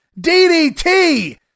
DDT